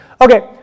Okay